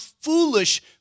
foolish